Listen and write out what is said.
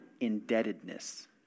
indebtedness